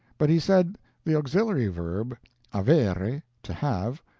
but he said the auxiliary verb avere, to have,